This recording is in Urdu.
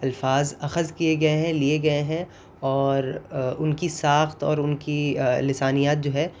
الفاظ اخذ کیے گئے ہیں لیے گئے ہیں اور ان کی ساخت اور ان کی لسانیات جو ہے